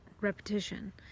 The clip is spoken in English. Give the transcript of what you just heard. repetition